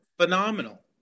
phenomenal